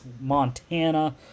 Montana